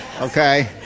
okay